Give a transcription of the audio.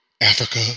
Africa